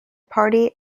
party